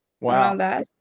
wow